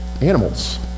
animals